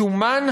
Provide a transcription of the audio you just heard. סומן